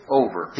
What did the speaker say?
over